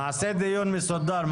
נקיים דיון מסודר.